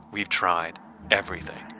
we've tried everything.